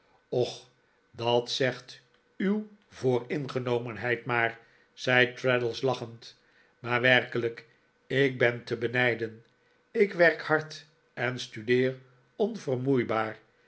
och dat zegt uw vooringenomenheid maar zei traddles lachend maar werkelijk ik ben te benijden ik werk hard en studeer onvermoeibaar